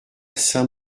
saint